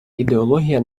ідеологія